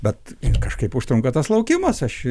bet kažkaip užtrunka tas laukimas aš